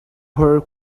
her